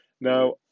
Now